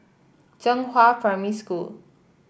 Zhenghua Primary School